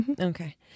Okay